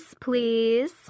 please